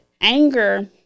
anger